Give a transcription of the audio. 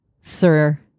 Sir